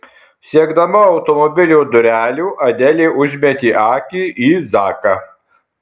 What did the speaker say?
siekdama automobilio durelių adelė užmetė akį į zaką